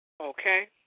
Okay